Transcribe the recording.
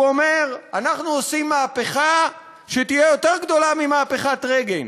הוא אומר: אנחנו עושים מהפכה שתהיה יותר גדולה ממהפכת רייגן.